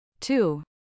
Two